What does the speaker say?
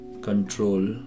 control